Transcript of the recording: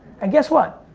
and guess what?